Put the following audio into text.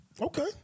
Okay